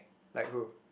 like who